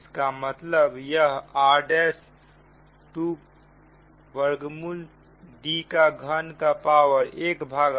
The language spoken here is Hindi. इसका मतलब यह r' 2 वर्गमूल D का घन का पावर ¼ होगा